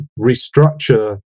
restructure